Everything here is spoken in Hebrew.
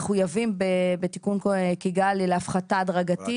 מחויבים בתיקון קיגאלי להפחתה הדרגתית